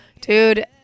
dude